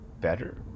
better